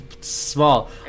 small